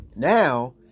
Now